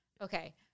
Okay